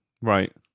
Right